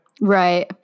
Right